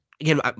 again